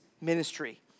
ministry